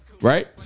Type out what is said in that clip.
Right